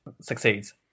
succeeds